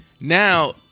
now